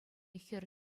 хӗр